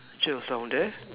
peaches down there